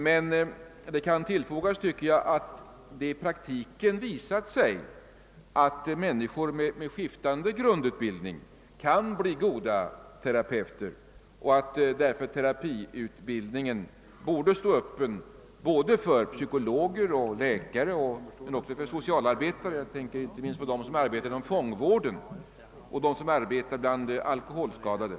Det kan dock tillfogas att det i praktiken visat sig att människor med skiftande grundutbildning kan bli goda terapeuter och att därför terapiutbildningen borde stå öppen för psykologer, läkare och socialarbetare — jag tänker inte minst på dem som arbetar inom fångvården och bland alkoholskadade.